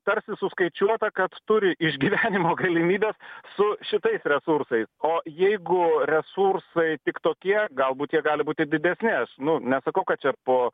tarsi suskaičiuota kad turi išgyvenimo galimybes su šitais resursais o jeigu resursai tik tokie galbūt jie gali būti didesni aš nu nesakau kad čia po